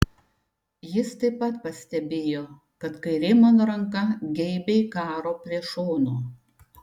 jis taip pat pastebėjo kad kairė mano ranka geibiai karo prie šono